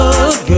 Good